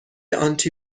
آنتی